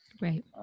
Right